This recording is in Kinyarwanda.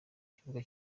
kibuga